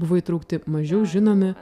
buvo įtraukti mažiau žinomi